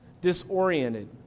disoriented